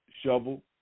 shovel